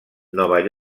nova